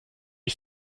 ich